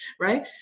right